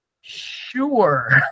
sure